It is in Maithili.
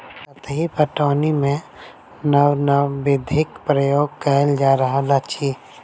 सतही पटौनीमे नब नब विधिक प्रयोग कएल जा रहल अछि